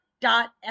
dot